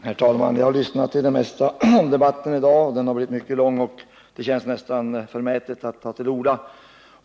Herr talman! Jag har lyssnat till det mesta av debatten i dag. Den har blivit mycket lång, och det känns nästan förmätet att ta till orda.